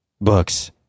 books